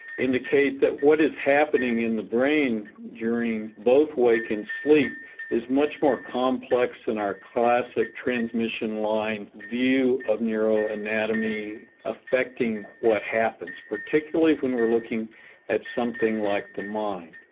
indicate that what is happening in the brain during both wake and sleep is much more complex than and our classic transmission-line view of neuro-anatomy affecting what happens, particularly when we're looking at something like the mind.